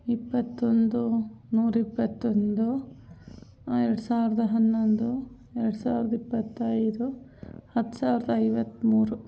ಇಪ್ಪತ್ತೊಂದು ನೂರ ಇಪ್ಪತ್ತೊಂದು ಎರಡು ಸಾವಿರದ ಹನ್ನೊಂದು ಎರಡು ಸಾವಿರದ ಇಪ್ಪತ್ತೈದು ಹತ್ತು ಸಾವಿರದ ಐವತ್ತಮೂರು